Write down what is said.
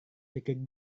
pikir